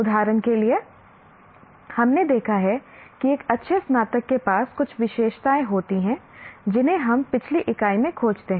उदाहरण के लिए हमने देखा है कि एक अच्छे स्नातक के पास कुछ विशेषताएं होती हैं जिन्हें हम पिछली इकाई में खोजते हैं